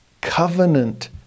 covenant